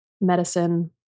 medicine